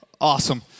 Awesome